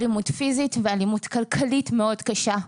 אלימות פיזית ואלימות כלכלית קשה מאוד.